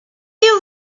you